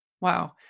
Wow